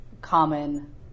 common